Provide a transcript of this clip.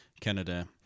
Canada